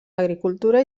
agricultura